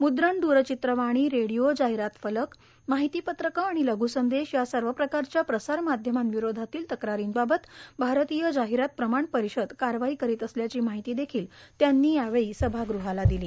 मुद्रण दूरचित्रवाणी रेडिओ जाहिरात फलक माहिती पत्रकं आणि लघुसंदेश या सर्व प्रकारच्या प्रसार माध्यमांविरोधातील तक्रारींबाबत भारतीय जाहिरात प्रमाण परिषद कारवाई करीत असल्याची माहिती देखिल त्यांनी यावेळी सभागृहाला दिली